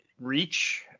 reach